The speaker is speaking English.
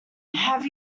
have